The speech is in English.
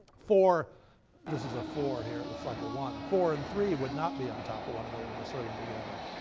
this is a four here, it looks like a one four and three would not be on top of one another when you slid them together.